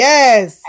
Yes